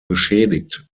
beschädigt